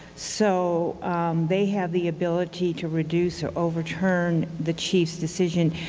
so they have the ability to reduce or overturn the chief's decision.